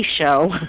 show